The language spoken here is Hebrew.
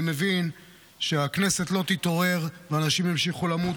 אני מבין שהכנסת לא תתעורר ושאנשים ימשיכו למות.